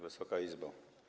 Wysoka Izbo!